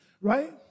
right